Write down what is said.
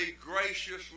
graciously